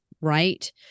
right